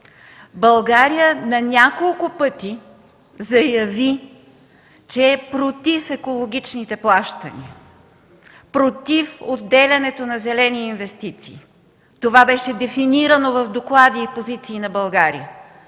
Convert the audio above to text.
България на няколко пъти заяви, че е против екологичните плащания, против отделянето на зелени инвестиции. Това беше дефинирано в доклади и позиции на България.